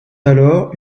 alors